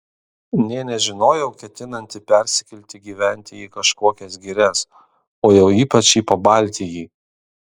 nė nežinojau ketinanti persikelti gyventi į kažkokias girias o jau ypač į pabaltijį